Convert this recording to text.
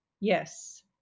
Yes